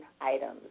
items